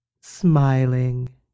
smiling